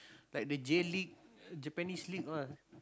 like the J-league Japanese-league ah